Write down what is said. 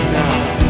now